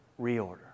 reorder